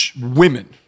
women